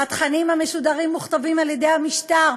והתכנים המשודרים מוכתבים על-ידי המשטר.